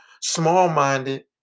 small-minded